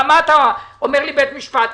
מה אתה אומר לי בית משפט.